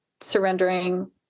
surrendering